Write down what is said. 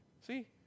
See